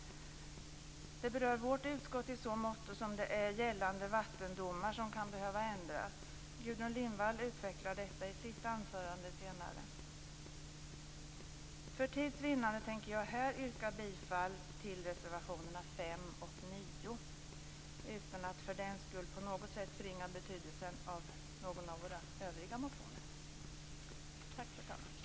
Detta berör vårt utskott i så måtto att gällande vattendomar kan behöva ändras. Gudrun Lindvall kommer senare i sitt anförande att utveckla detta. För tids vinnande tänker jag här yrka bifall till reservationerna 5 och 9; detta utan att för den skull på något sätt förringa betydelsen av någon av våra övriga motioner. Tack, fru talman!